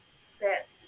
set